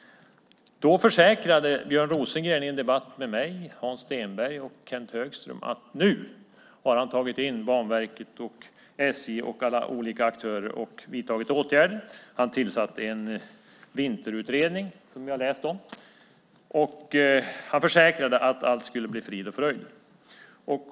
Då försäkrade Björn Rosengren i en debatt med mig, Hans Stenberg och Kent Högström att nu hade han tagit in Banverket, SJ och alla olika aktörer och vidtagit åtgärder. Han tillsatte en vinterutredning som vi har läst om, och han försäkrade att allt skulle bli frid och fröjd.